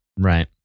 right